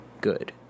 good